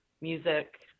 music